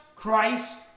Christ